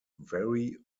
very